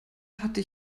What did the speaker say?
hatte